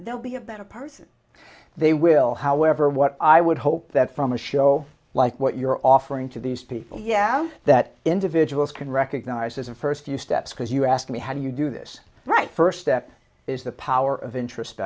there'll be a better person they will however what i would hope that from a show like what you're offering to these people yeah that individuals can recognize as the first few steps because you ask me how do you do this right first step is the power of int